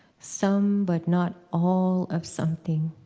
some but not all of something.